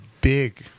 big